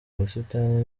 ubusitani